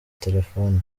telefoni